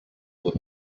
were